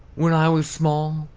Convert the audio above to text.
when i was small,